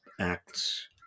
Act's